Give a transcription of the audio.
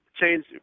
change